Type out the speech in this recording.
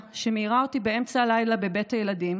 שמעירה אותי באמצע הלילה בבית הילדים,